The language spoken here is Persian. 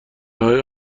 های